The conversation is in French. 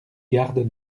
gardes